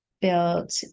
built